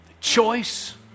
Choice